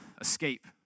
escape